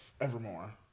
Evermore